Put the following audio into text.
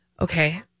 Okay